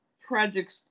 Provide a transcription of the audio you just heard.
tragic